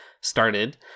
started